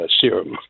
serum